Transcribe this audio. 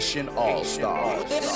All-Stars